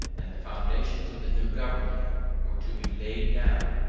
and the foundations of the new government were to be laid down,